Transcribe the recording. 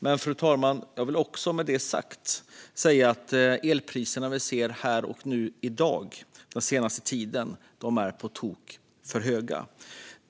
Men med det sagt, fru talman, är de elpriser som vi har sett den senaste tiden på tok för höga.